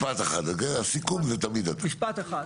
אני אומר,